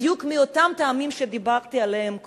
בדיוק מאותם טעמים שדיברתי עליהם קודם.